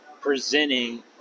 presenting